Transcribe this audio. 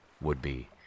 would-be